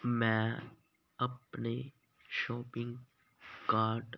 ਮੈਂ ਆਪਣੇ shopping cart